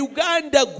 Uganda